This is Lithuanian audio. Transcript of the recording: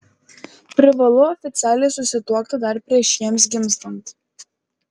privalu oficialiai susituokti dar prieš jiems gimstant